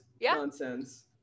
nonsense